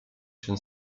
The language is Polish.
się